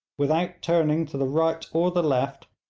without turning to the right or the left,